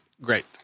great